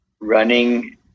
running